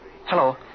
Hello